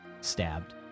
stabbed